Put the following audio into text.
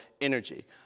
energy